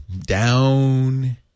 Down